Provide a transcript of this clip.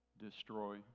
Destroy